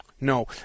No